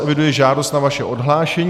Eviduji žádost o vaše odhlášení.